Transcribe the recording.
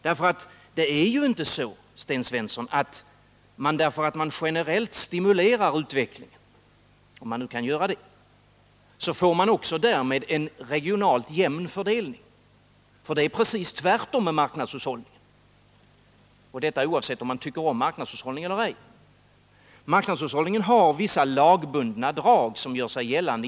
Det är ju inte så, Sten Svensson, att man om man generellt stimulerar utvecklingen — om nu detta kan göras — därmed också får en regionalt jämn fördelning. Vid marknadshushållning är det precis tvärtom, detta bortsett från om man tycker om marknadshushållning eller ej. Marknadshushållningen har vissa lagbundna drag som gör sig gällande.